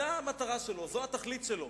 זאת המטרה שלו, זאת התכלית שלו.